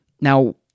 Now